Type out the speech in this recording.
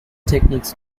techniques